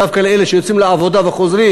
דווקא לאלה שיוצאים לעבודה וחוזרים,